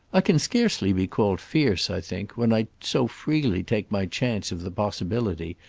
i can scarcely be called fierce, i think, when i so freely take my chance of the possibility,